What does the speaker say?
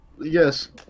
Yes